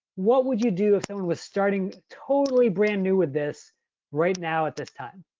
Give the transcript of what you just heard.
what would you do if someone was starting totally brand new with this right now at this time?